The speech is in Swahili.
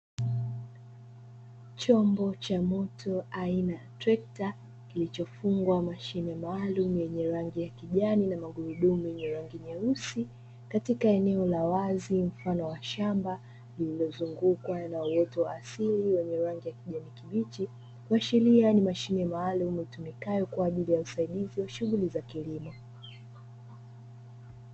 Chombo cha moto aina ya trekta kilichofungwa mashine maalum yenye rangi ya kijani na magurudumu yenye rangi nyeusi, katika eneo la wazi mfano wa shamba lililozungukwa na uoto wa asili wenye rangi ya kijani kibichi, kuashiria ni mashine maalum itumikayo kwa ajili ya usaidizi wa shughuli za kilimo.